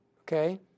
Okay